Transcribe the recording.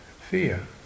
fear